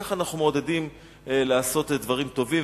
כך אנחנו מעודדים לעשות דברים טובים,